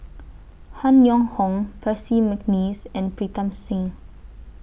Han Yong Hong Percy Mcneice and Pritam Singh